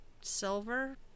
silver